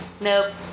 Nope